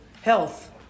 health